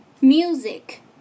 music